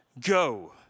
go